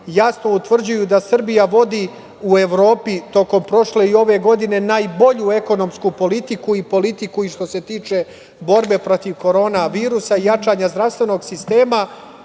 jasno utvrđuju da Srbija vodi u Evropi tokom prošle i ove godine najbolju ekonomsku politiku i politiku i što se tiče borbe protiv korona virusa i jačanja zdravstvenog sistema